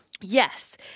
Yes